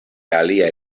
aliaj